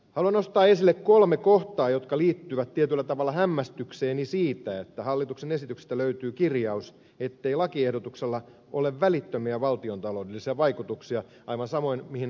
haluan nostaa esille kolme kohtaa jotka liittyvät tietyllä tavalla hämmästykseeni siitä että hallituksen esityksestä löytyy kirjaus ettei lakiehdotuksella ole välittömiä valtiontaloudellisia vaikutuksia aivan sama asia mihin ed